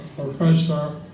professor